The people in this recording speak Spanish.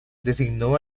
designó